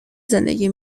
زندگی